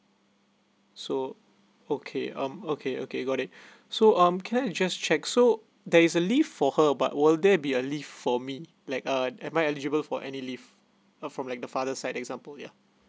so okay um okay okay got it so um can I just check so there is a leave for her about will there be a leave for me like uh am I eligible for any leave uh from like the father side example yeah